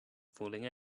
fooling